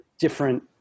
different